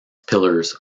pillars